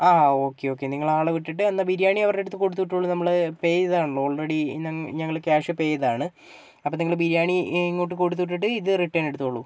ആ okay okay നിങ്ങളാളെ വിട്ടിട്ട് എന്നാൽ ബിരിയാണി അവരടുത്ത് കൊടുത്തുവിട്ടോളൂ നമ്മൾ പേ ചെയ്തതാണല്ലോ ആൾറെഡി ഞാൻ ഞങ്ങൾ ക്യാഷ് പേ ചെയ്തതാണ് അപ്പം നിങ്ങൾ ബിരിയാണി ഇങ്ങോട്ട് കൊടുത്തുവിട്ടിട്ട് ഇത് റിട്ടേൺ എടുത്തോളൂ